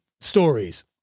stories